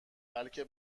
بلکه